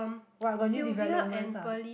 what got new developments ah